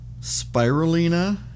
Spirulina